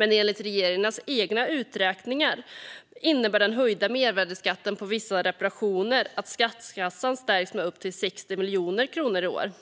Enligt regeringens egna uträkningar innebär den höjda mervärdesskatten på vissa reparationer att statskassan stärks med upp till 60 miljoner kronor i år.